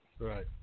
Right